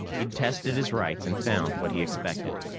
he'd tested his rights and found what he expected.